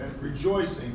rejoicing